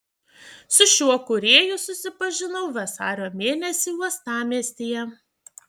su šiuo kūrėju susipažinau vasario mėnesį uostamiestyje